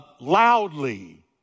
loudly